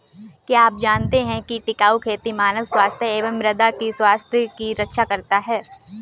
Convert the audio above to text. क्या आप जानते है टिकाऊ खेती मानव स्वास्थ्य एवं मृदा की स्वास्थ्य की रक्षा करता हैं?